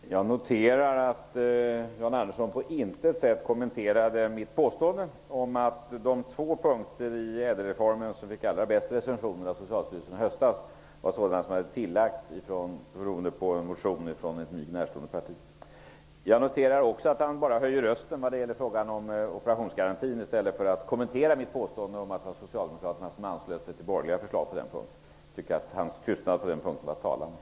Herr talman! Jag noterar att Jan Andersson på intet sätt kommenterade mitt påstående om att de två punkter som fick de bästa recensionerna av Socialstyrelsen i höstas var sådana som lagts till tack vare motioner från ett mig närstående parti. Jag noterar också att han bara höjer rösten i frågan om operationsgarantin i stället för att kommentera mitt påstående om att det var Socialdemokraterna som anslöt sig till borgerliga förslag på den punkten. Jag tycker att hans tystnad på den punkten var talande.